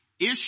issue